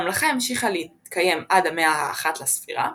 הממלכה המשיכה להתקיים עד המאה ה-1 לספירה,